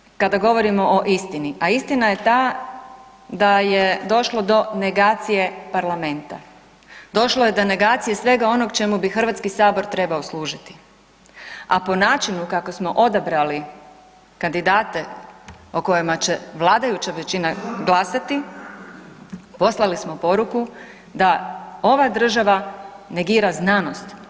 Sviđa mi se kada govorimo o istini, a istina je ta da je došlo do negacije parlamenta, došlo je do negacije svega onoga čemu bi HS trebao služiti, a po načinu kako smo odabrali kandidate o kojima će vladajuća većina glasati, poslali smo poruku da ova država negira znanost.